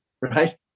Right